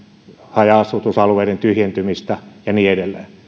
haja asutusalueiden tyhjentymistä ja niin edelleen